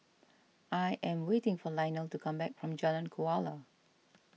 I am waiting for Lionel to come back from Jalan Kuala